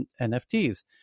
NFTs